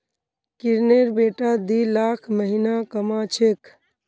किरनेर बेटा दी लाख महीना कमा छेक